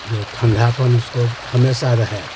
जो ठंडापन उसको हमेशा रहे